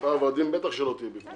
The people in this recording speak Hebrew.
כפר ורדים בטח לא תהיה בפנים.